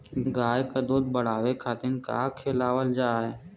गाय क दूध बढ़ावे खातिन का खेलावल जाय?